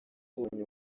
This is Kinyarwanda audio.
umuntu